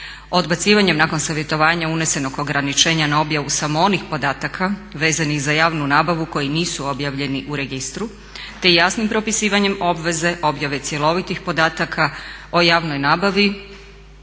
odbacivanjem nakon savjetovanja unesenog ograničenja na objavu samo onih podataka vezanih za javnu nabavu koji nisu objavljeni u registru te jasnim propisivanjem obveze objave cjelovitih podataka o javnoj nabavi